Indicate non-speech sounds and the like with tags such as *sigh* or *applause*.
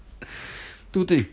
*breath* 对不对